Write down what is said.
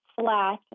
flat